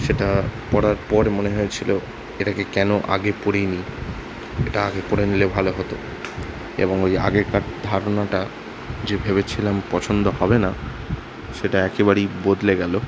সেটা পড়ার পর মনে হয়েছিলো এটাকে কেন আগে পড়ি নি এটা আগে পড়ে নিলে ভালো হতো এবং ওই আগেকার ধারণাটা যে ভেবেছিলাম পছন্দ হবে না সেটা একেবারেই বদলে গেলো